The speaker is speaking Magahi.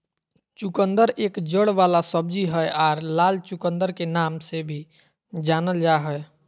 चुकंदर एक जड़ वाला सब्जी हय आर लाल चुकंदर के नाम से भी जानल जा हय